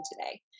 today